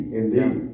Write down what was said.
indeed